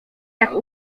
jak